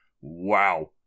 wow